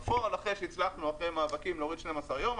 בפועל אחרי שהצלחנו אחרי מאבקים להוריד 12 יום,